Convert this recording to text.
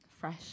Fresh